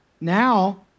Now